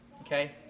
Okay